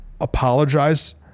apologize